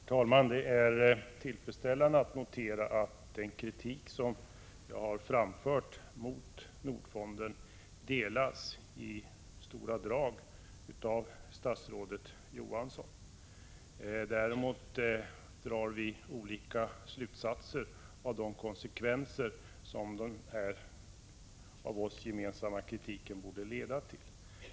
Herr talman! Det är tillfredsställande att notera att statsrådet Johansson i stora drag instämmer i den kritik som jag har framfört mot Nordfonden. Däremot drar vi olika slutsatser om vilka konsekvenser som den gemensamma kritiken borde leda till.